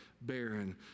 barren